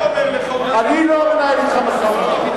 אני לא מנהל אתך משא ומתן.